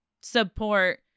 support